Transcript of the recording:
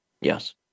yes